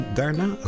daarna